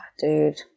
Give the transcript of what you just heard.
Dude